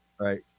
Right